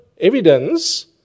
evidence